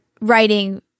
writing